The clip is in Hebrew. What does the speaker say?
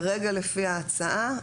כרגע לפי ההצעה,